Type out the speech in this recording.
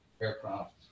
aircraft